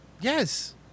Yes